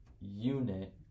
unit